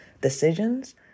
decisions